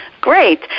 Great